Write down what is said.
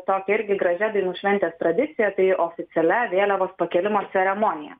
tokia irgi gražia dainų šventės tradicija tai oficialia vėliavos pakėlimo ceremonija